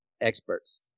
experts